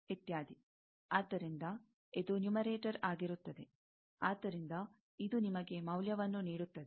ಆದ್ದರಿಂದ ಇದು ನ್ಯೂಮರೆಟರ್ ಆಗಿರುತ್ತದೆ ಆದ್ದರಿಂದ ಇದು ನಿಮಗೆ ಮೌಲ್ಯವನ್ನು ನೀಡುತ್ತದೆ